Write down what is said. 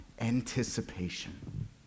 anticipation